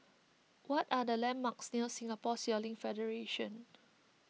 what are the landmarks near Singapore Sailing Federation